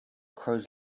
crows